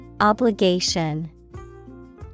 Obligation